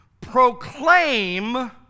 proclaim